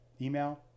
Email